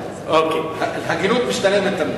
ההגינות משתלמת תמיד.